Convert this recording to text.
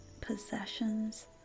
possessions